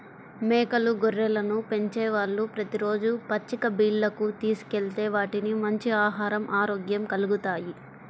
మేకలు, గొర్రెలను పెంచేవాళ్ళు ప్రతి రోజూ పచ్చిక బీల్లకు తీసుకెళ్తే వాటికి మంచి ఆహరం, ఆరోగ్యం కల్గుతాయి